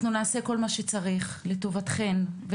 אנחנו נעשה את כל מה שצריך לטובתכן ולטובתכם.